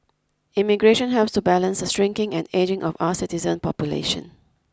immigration helps to balance the shrinking and ageing of our citizen population